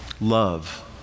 love